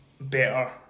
better